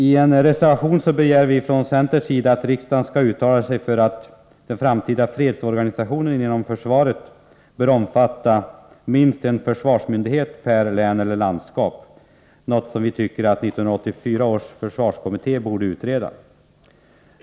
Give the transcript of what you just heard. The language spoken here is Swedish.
I en reservation begär vi från centerns sida att riksdagen skall uttala sig för att den framtida fredsorganisationen inom försvaret bör omfatta minst en försvarsmyndighet per län eller landskap, något som 1984 års försvarskommitté borde få utreda.